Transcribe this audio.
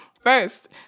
first